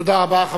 תודה רבה.